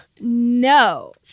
No